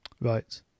Right